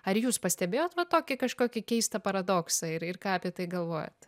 ar jūs pastebėjot va tokį kažkokį keistą paradoksą ir ir ką apie tai galvojat